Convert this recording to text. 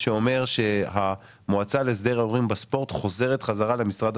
הצעת חוק להסדר ההימורים בספורט (תיקון מס' 17),